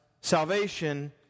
salvation